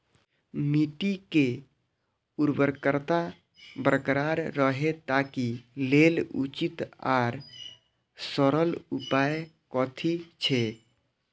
मिट्टी के उर्वरकता बरकरार रहे ताहि लेल उचित आर सरल उपाय कथी छे?